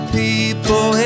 people